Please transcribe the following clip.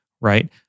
right